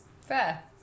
Fair